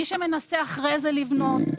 מי שמנסה אחרי זה לבנות,